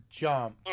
jump